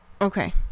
Okay